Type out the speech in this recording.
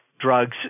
drugs